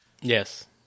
Yes